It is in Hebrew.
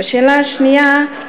השאלה השנייה,